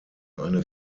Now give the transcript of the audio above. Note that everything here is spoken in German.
eine